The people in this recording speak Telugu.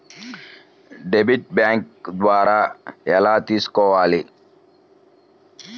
డెబిట్ బ్యాంకు ద్వారా ఎలా తీసుకోవాలి?